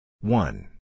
One